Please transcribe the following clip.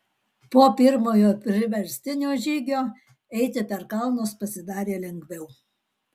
po pirmojo priverstinio žygio eiti per kalnus pasidarė lengviau